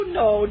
no